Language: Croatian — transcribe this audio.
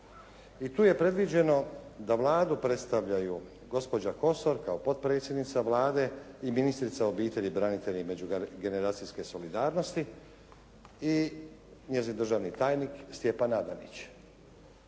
i tu je predviđeno da Vladu predstavljaju gospođa Kosor kao potpredsjednica Vlade i ministrica obitelji, branitelja i međugeneracijske solidarnosti i njezin državni tajnik Stjepan Adanić